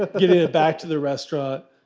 ah getting back to the restaurant.